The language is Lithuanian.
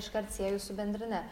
iškart sieju su bendrine